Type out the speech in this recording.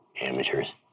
Amateurs